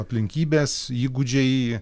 aplinkybės įgūdžiai